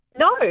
No